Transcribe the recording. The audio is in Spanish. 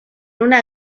una